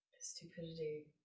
Stupidity